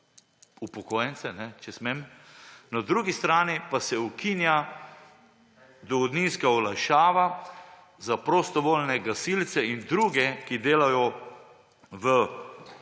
upokojence, če smem. Na drugi strani pa se ukinja dohodninska olajšava za prostovoljne gasilce in druge, ki delajo v